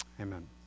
Amen